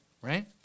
right